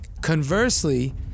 conversely